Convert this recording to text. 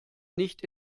nicht